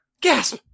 Gasp